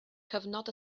cyfnod